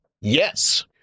Yes